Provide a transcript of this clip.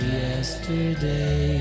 yesterday